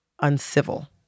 Uncivil